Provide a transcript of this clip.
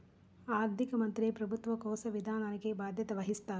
ఆర్థిక మంత్రి ప్రభుత్వ కోశ విధానానికి బాధ్యత వహిస్తారు